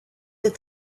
that